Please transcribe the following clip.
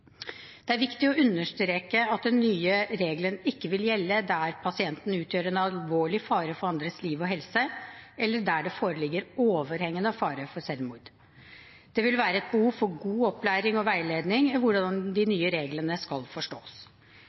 Det er viktig å understreke at den nye regelen ikke vil gjelde der pasienten utgjør en alvorlig fare for andres liv og helse, eller der det foreligger overhengende fare for selvmord. Det vil være et behov for god opplæring og veiledning i hvordan de nye reglene skal forstås.